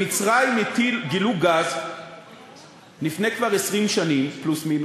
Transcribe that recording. במצרים גילו גז כבר לפני 20 שנים פלוס מינוס.